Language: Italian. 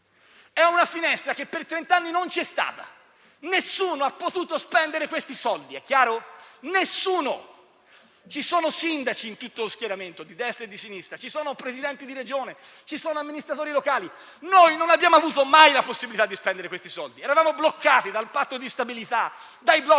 è una finestra che per trent'anni non c'è stata. Nessuno ha potuto spendere questi soldi, è chiaro? Ci sono sindaci in tutti gli schieramenti, di destra e di sinistra, ci sono Presidenti di Regione, ci sono amministratori locali: noi non abbiamo avuto mai la possibilità di spendere questi soldi, eravamo bloccati dal Patto di stabilità, dai blocchi